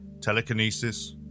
Telekinesis